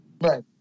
Right